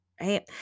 right